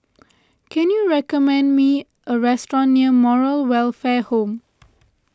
can you recommend me a restaurant near Moral Welfare Home